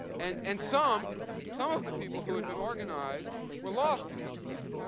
and and some some of the people who had been organized were lost because of that,